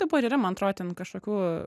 dabar yra man atrodo ten kažkokių